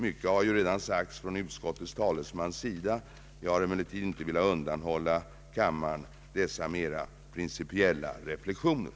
Mycket har ju redan sagts av utskottets talesman. Jag har dock inte velat undanhålla kammaren dessa mera principiella reflexioner.